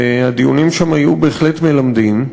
והדיונים שם היו בהחלט מלמדים.